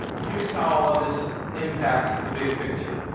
here's how all of this impacts the big picture.